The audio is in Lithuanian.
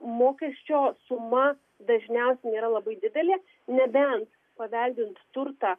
mokesčio suma dažniausiai nėra labai didelė nebent paveldint turtą